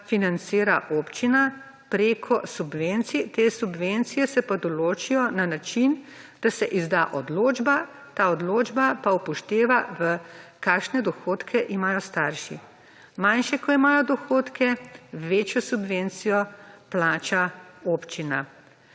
financira občina preko subvencije. Te subvencije se pa določijo na način, da se izda odločba, ta odločba pa upošteva, kakšne dohodke imajo starši. Manjše kot imajo dohodke, večjo subvencijo plača občina.